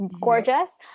gorgeous